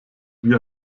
wie